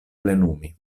plenumi